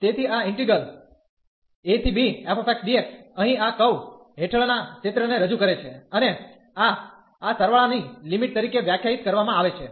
તેથી આ ઈન્ટિગ્રલ અહીં આ કર્વ હેઠળના ક્ષેત્રને રજૂ કરે છે અને આ આ સરવાળા ની લિમિટ તરીકે વ્યાખ્યાયિત કરવામાં આવે છે